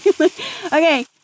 Okay